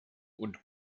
und